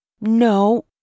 No